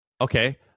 Okay